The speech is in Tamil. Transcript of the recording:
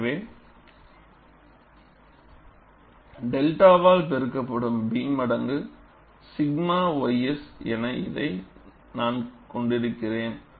எனவே 𝚫வால் பெருக்கப்படும் B மடங்கு 𝛔 ys என இதை நான் கொண்டிருக்கிறேன்